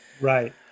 Right